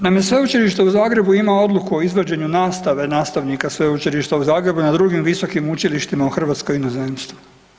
Naime, Sveučilište u Zagrebu ima odluku o izvođenju nastave nastavnika Sveučilišta u Zagrebu i na drugim visokim učilištima u Hrvatskoj i u inozemstvu.